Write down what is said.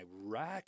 iraq